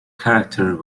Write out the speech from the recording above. character